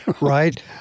right